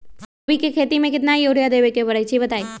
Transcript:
कोबी के खेती मे केतना यूरिया देबे परईछी बताई?